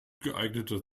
geeigneter